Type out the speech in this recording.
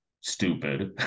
stupid